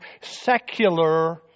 secular